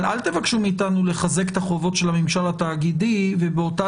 אבל אל תבקשו מאתנו לחזק את החובות של הממשל התאגידי ובאותה